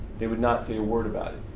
they would not say a word about